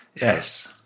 yes